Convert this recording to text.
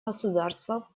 государства